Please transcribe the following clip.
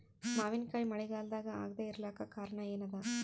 ಮಾವಿನಕಾಯಿ ಮಳಿಗಾಲದಾಗ ಆಗದೆ ಇರಲಾಕ ಕಾರಣ ಏನದ?